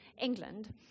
England